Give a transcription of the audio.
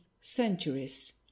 centuries